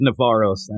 navarros